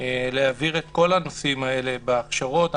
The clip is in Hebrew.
להעביר את כל הנושאים האלה בהכשרות.